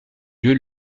lieu